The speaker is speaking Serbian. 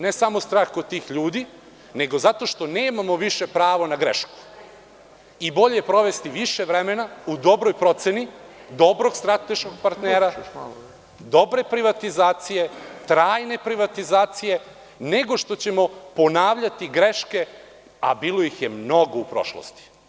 Ne samo strah kod tih ljudi, nego zato što nemamo više pravo na grešku i bolje provesti više vremena u dobroj proceni, dobrog strateškog partnera, dobre privatizacije, trajne privatizacije, nego što ćemo ponavljati greške, a bilo ih je mnogo u prošlosti.